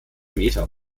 meter